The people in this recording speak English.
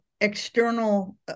external